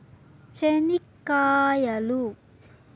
చెనిక్కాయలు